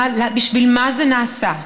בשביל מה זה נעשה,